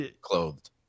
clothed